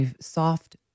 soft